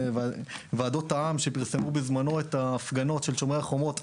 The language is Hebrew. ועדות העם שפרסמו בזמנו את ההפגנות של "שומרי החומות",